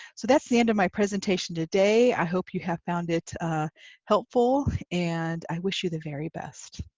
so that's the end of my presentation today, i hope you have found it helpful, and i wish you the very best.